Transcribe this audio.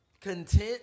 content